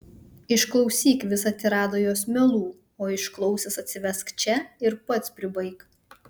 išklausyk visą tiradą jos melų o išklausęs atsivesk čia ir pats pribaik